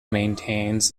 maintains